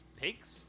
Pigs